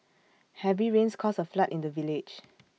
heavy rains caused A flood in the village